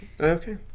Okay